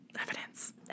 evidence